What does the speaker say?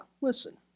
Listen